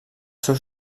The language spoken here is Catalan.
seus